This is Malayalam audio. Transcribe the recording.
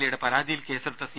എയുടെ പരാതിയിൽ കേസെടുത്ത സി